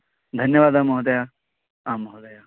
धन्यवादः महोदय आं महोदय